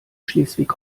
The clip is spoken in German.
schleswig